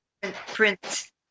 Prince